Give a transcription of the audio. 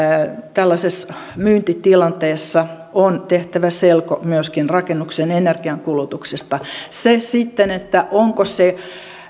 tällaisessa myyntitilanteessa on tehtävä selko myöskin rakennuksen energiankulutuksesta se sitten onko se